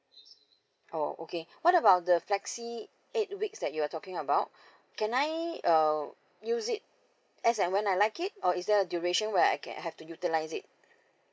oh okay what about the flexi eight weeks that you're talking about can I uh use it as I when I like it or is the duration where I can have to utilize it